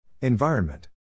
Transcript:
Environment